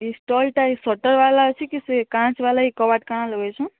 ଇ ଷ୍ଟଲ୍ଟା ଇ ସଟର୍ ବାଲା ଅଛେ କି ସେ କାଁଚ୍ ବାଲା କି କବାଟ୍ କାଣା ଲଗେଇଛନ୍